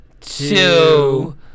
two